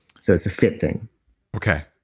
so it's a fit thing okay.